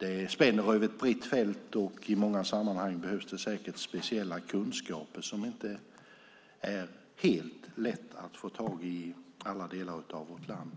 Det spänner över ett brett fält, och i många fall behövs det säkert speciella kunskaper som det inte är helt lätt att få i alla delar av vårt land.